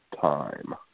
time